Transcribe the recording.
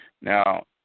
Now